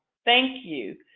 thank you.